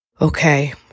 Okay